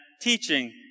teaching